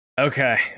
Okay